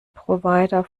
provider